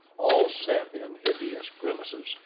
all set in hideous grimaces,